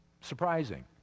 surprising